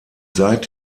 seit